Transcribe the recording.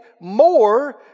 more